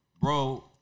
Bro